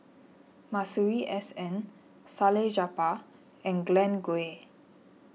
Masuri S N Salleh Japar and Glen Goei